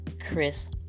Chris